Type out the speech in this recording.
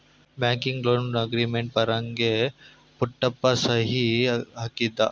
banking loan agreement ಫಾರಂಗೆ ಪುಟ್ಟಪ್ಪ ಸಹಿ ಹಾಕಿದ